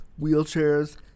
wheelchairs